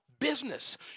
business